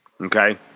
Okay